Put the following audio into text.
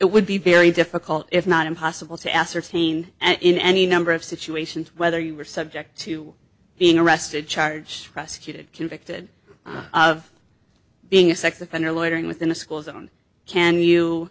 would be very difficult if not impossible to ascertain and in any number of situations whether you were subject to being arrested charged prosecuted convicted of being a sex offender loitering within a school zone can you